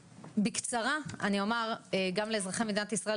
בקצרה אני אומר גם לאזרחי מדינת ישראל